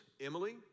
Emily